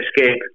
escape